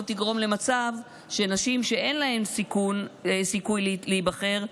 תגרום למצב שאנשים שאין להם סיכוי להיבחר,